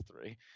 three